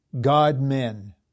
God-men